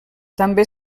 també